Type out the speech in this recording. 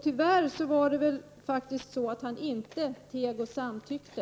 Tyvärr var det inte fråga om att han teg och samtyckte.